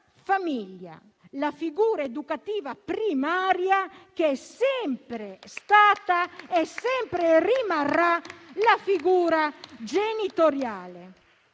famiglia, dove la figura educativa primaria è sempre stata e sempre rimarrà la figura genitoriale